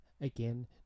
Again